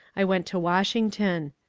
i went to washington.